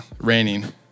Raining